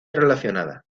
relacionada